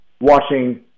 watching